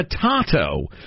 potato